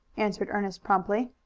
answered ernest promptly.